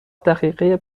دقیقه